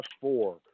four